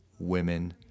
women